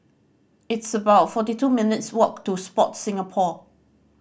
it's about fourty two minutes' walk to Sport Singapore